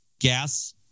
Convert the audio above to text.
gas